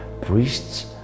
priests